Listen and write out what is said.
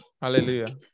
Hallelujah